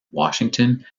washington